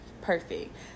perfect